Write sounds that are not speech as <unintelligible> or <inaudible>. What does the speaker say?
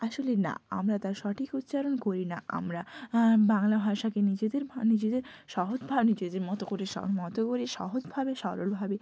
আসলে না আমরা তার সঠিক উচ্চারণ করি না আমরা বাংলা ভাষাকে নিজেদের <unintelligible> নিজেদের সহজ <unintelligible> নিজেদের মতো করে <unintelligible> মতো করে সহজভাবে সরলভাবে